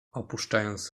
opuszczając